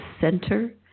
center